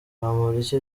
bamporiki